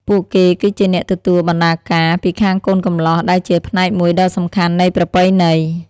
ពួកគេគឺជាអ្នកទទួល បណ្ដាការ ពីខាងកូនកំលោះ ដែលជាផ្នែកមួយដ៏សំខាន់នៃប្រពៃណី។